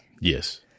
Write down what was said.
Yes